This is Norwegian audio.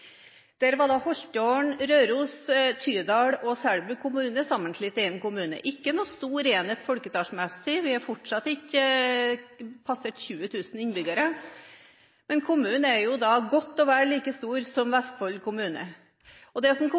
Der var Holtålen, Røros, Tydal og Selbu kommuner sammenslått til en kommune – ikke noen stor enhet folketallsmessig, vi har fortsatt ikke passert 20 000 innbyggere, men kommunen blir da godt og vel like stor som Vestfold fylke. Det som